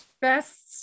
best